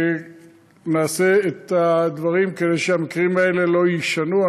ונעשה את הדברים כדי שהמקרים האלה לא יישנו.